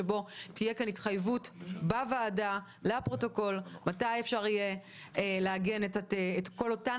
שתהיה התחייבות לפרוטוקול בוועדה מתי אפשר יהיה לעגן את כל אותן